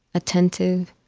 attentive,